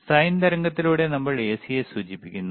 sign തരംഗത്തിലൂടെ നമ്മൾ എസിയെ സൂചിപ്പിക്കുന്നു